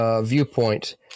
viewpoint